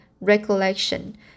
recollection